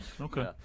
Okay